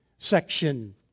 Section